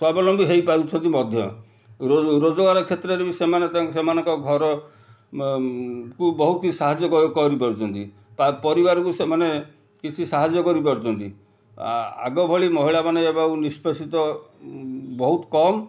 ସ୍ୱାବଲମ୍ବୀ ହେଇପାରୁଛନ୍ତି ମଧ୍ୟ ରୋଜଗାର କ୍ଷେତ୍ରରେ ବି ସେମାନେ ସେମାନଙ୍କ ଘରକୁ ବହୁତ କିଛି ସାହାଯ୍ୟ କରିପାରୁଛନ୍ତି ବା ପରିବାରକୁ ସେମାନେ କିଛି ସାହାଯ୍ୟ କରିପାରୁଛନ୍ତି ଆଗ ଭଳି ମହିଳା ମାନେ ଏବେ ଆଉ ନିଷ୍ପେଷିତ ବହୁତ କମ